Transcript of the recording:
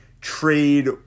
trade